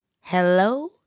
hello